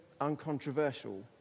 uncontroversial